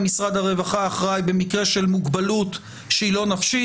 אם משרד הרווחה אחראי במקרה של מוגבלות שהיא לא נפשית.